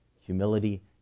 Humility